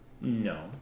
No